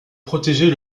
protéger